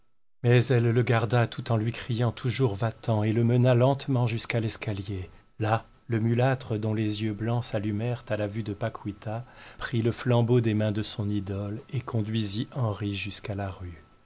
mais elle le garda tout en lui criant toujours va-t'en et le mena lentement jusqu'à l'escalier là le mulâtre dont les yeux blancs s'allumèrent à la vue de paquita prit le flambeau des mains de son idole et conduisit henri jusqu'à la rue